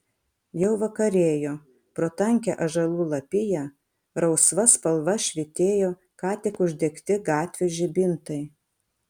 jau vakarėjo pro tankią ąžuolų lapiją rausva spalva švytėjo ką tik uždegti gatvių žibintai